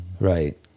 Right